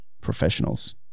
professionals